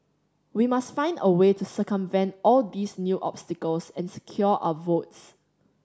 we must find a way to circumvent all these new obstacles and secure our votes